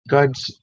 God's